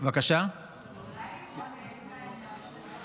אני לא יודע אם לבטל.